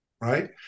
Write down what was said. right